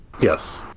Yes